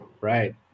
Right